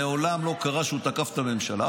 מעולם לא קרה שהוא תקף את הממשלה.